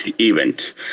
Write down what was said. event